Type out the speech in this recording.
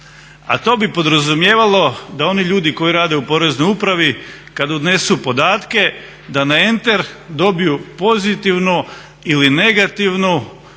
a to bi podrazumijevalo da oni ljudi koji rade u Poreznoj upravi kada odnesu podatke da na enter dobiju pozitivni ili negativnu